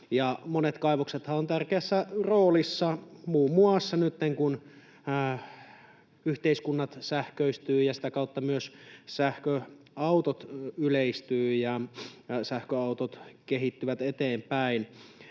monet kaivoksethan ovat tärkeässä roolissa muun muassa nyt, kun yhteiskunnat sähköistyvät ja sitä kautta myös sähköautot yleistyvät ja sähköautot kehittyvät eteenpäin.